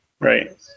right